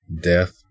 death